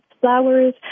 flowers